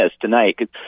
tonight